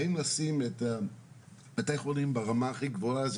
האם לשים את בתי החולים ברמה הכי גבוהה,